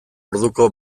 orduko